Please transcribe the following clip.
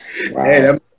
Hey